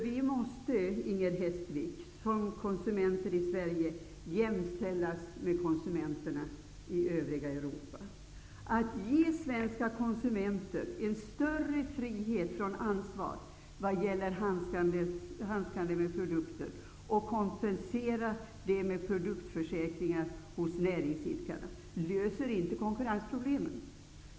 Vi måste, Inger Hestvik, som konsumenter i Sverige jämställas med konsumenterna i övriga Europa. Att ge svenska konsumenter en större frihet från ansvar vad gäller handskande med produkter och kompensera med produktförsäkringar hos näringsidkare löser inte konkurrensproblemen.